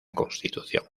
constitución